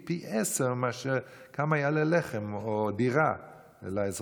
פי-עשרה יותר מאשר כמה יעלו לחם או דירה לאזרח.